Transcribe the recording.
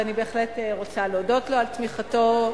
ואני בהחלט רוצה להודות לו על תמיכתו,